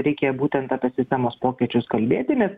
reikia būtent apie sistemos pokyčius kalbėti nes